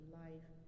life